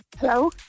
Hello